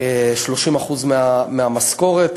30% מהמשכורת.